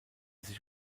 sich